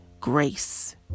grace